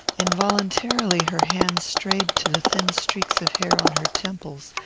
involuntarily her hand strayed to the thin streaks of hair on her temples,